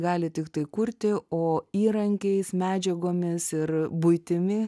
gali tiktai kurti o įrankiais medžiagomis ir buitimi